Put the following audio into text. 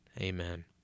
Amen